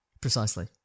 precisely